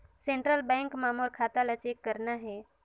Central bank मां मोर खाता ला चेक करना हे?